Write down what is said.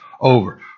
over